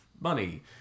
money